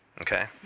Okay